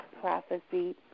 prophecy